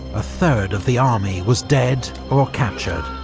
a third of the army was dead or captured.